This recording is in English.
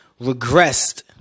regressed